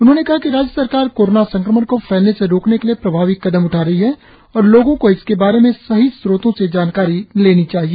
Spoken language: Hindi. उन्होंने कहा कि राज्य सरकार कोरोना संक्रमण को फैलने से रोकने के लिए प्रभावी कदम उठा रही है और लोगो को इसके बारे में सही स्रोतों से जानकारी लेनी चाहिए